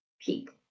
peak